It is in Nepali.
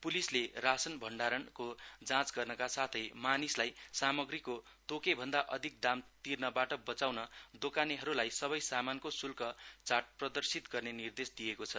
पुलिसले राशन भण्डारणको जाँच गर्नका साथै मानिसलाई सामग्रीको तोके भन्दा अधिक दाम तीर्नबाट बचाउन दोकानेहरूलाई सबै सामानको शुल्क चार्ट प्रदशित गर्ने निर्देश दिएको च